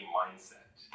mindset